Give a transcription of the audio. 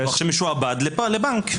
כל ביטוח שמשועבד לבנק.